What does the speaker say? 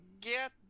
get